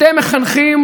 אתם מחנכים